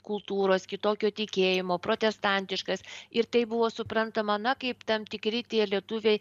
kultūros kitokio tikėjimo protestantiškas ir tai buvo suprantama na kaip tam tikri tie lietuviai